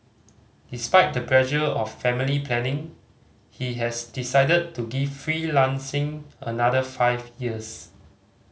despite the pressure of family planning he has decided to give freelancing another five years